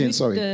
sorry